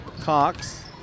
Cox